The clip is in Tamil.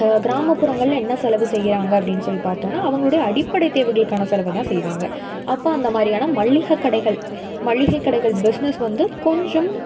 கிராமப்புறங்களில் என்ன செலவு செய்யறாங்க அப்படின் சொல்லி பார்த்தோன்னா அவங்களுடைய அடிப்படை தேவைகளுக்கான செலவை தான் செய்வாங்க அப்போ அந்த மாதிரியான மளிக கடைகள் மளிகை கடைகள் பிஸ்னஸ் வந்து கொஞ்சம்